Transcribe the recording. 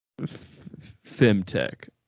Femtech